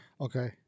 Okay